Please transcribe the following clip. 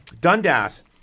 Dundas